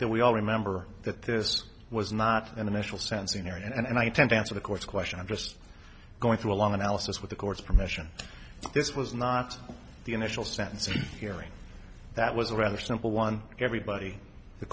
there we all remember that this was not an initial sensing area and i intend to answer the court's question i'm just going through a long analysis with the court's permission this was not the initial sentencing hearing that was a rather simple one everybody the